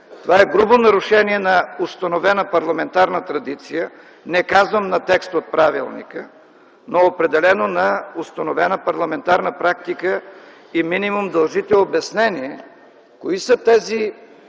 Това е грубо нарушение на установена парламентарна традиция – не казвам на текст от правилника, но определено на установена парламентарна практика и минимум дължите обяснение кои са тези